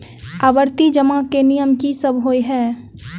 आवर्ती जमा केँ नियम की सब होइ है?